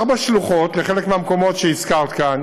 ארבע שלוחות לחלק מהמקומות שהזכרת כאן,